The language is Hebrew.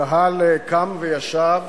הקהל קם וישב,